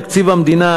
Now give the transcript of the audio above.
תקציב המדינה,